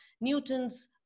Newton's